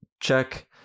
check